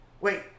wait